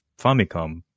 Famicom